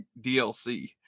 DLC